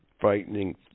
frightening